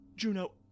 Juno